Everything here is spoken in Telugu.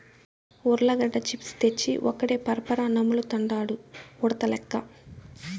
ఉర్లగడ్డ చిప్స్ తెచ్చి ఒక్కడే పరపరా నములుతండాడు ఉడతలెక్క